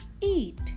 eat